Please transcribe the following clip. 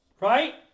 Right